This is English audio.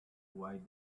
wait